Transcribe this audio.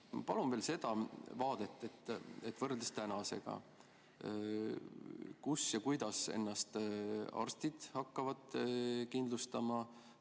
Palun veel seda vaadet võrreldes tänasega. Kus ja kuidas arstid ennast hakkavad kindlustama,